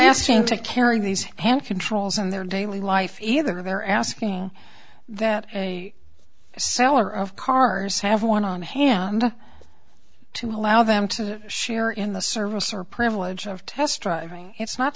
asking to carry these hand controls in their daily life either they're asking that a seller of cars have one on hand to allow them to share in the service or privilege of test driving it's not